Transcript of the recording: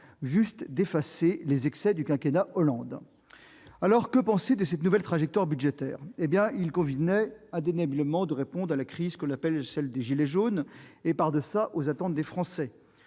juste d'effacer les excès du quinquennat de M. Hollande. Alors, que penser de cette nouvelle trajectoire budgétaire ? Il convenait indéniablement de répondre à la crise communément appelée des « gilets jaunes » et, par-delà, aux attentes des Français.